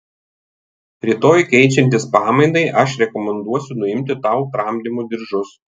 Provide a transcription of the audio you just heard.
rytoj keičiantis pamainai aš rekomenduosiu nuimti tau tramdymo diržus